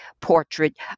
portrait